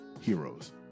heroes